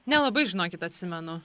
nelabai žinokit atsimenu